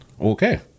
Okay